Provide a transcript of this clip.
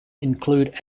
include